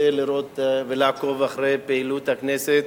כדי לראות ולעקוב אחר פעילות הכנסת,